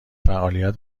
فعالیت